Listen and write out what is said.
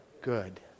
good